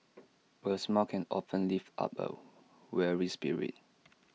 A smile can often lift up A weary spirit